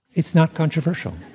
it's not controversial,